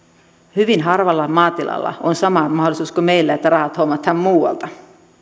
hyvin harvalla maatilalla on sama mahdollisuus kuin meillä että rahat hommataan muualta